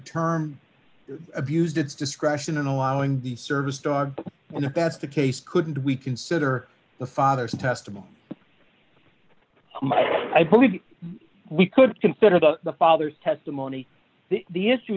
turn abused its discretion in allowing the service dog and if that's the case couldn't we consider the father's testimony i believe we could consider the the father's testimony the issue